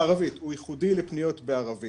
ובזה אני אסיים את החלק שלי.